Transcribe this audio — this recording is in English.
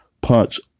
Punch